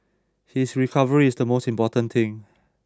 his recovery is the most important thing